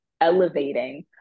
elevating